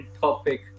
topic